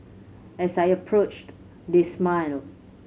as I approached they smiled